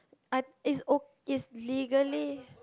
I is o~ is legally